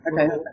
Okay